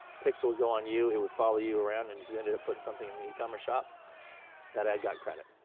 pixel would go on you, it would follow you around and if you ended up putting something in the e-commerce shop that ad got credit.